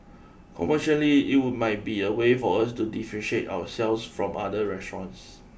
commercially it would might be a way for us to differentiate ourselves from other restaurants